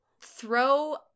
throw